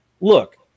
Look